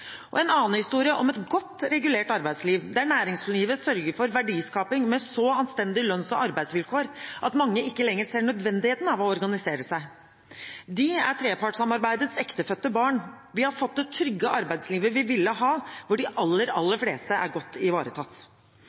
og en annen historie om et godt regulert arbeidsliv, der næringslivet sørger for verdiskaping med så anstendige lønns- og arbeidsvilkår at mange ikke lenger ser nødvendigheten av å organisere seg. De er trepartssamarbeidets ektefødte barn. Vi har fått det trygge arbeidslivet vi ville ha, hvor de aller, aller fleste er godt ivaretatt.